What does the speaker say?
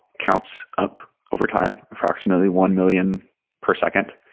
counts up over time, approximately one million per second,